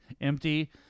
empty